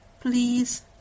please